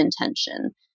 intention